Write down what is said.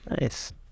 Nice